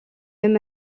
même